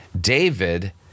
David